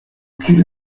qu’il